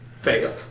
Fail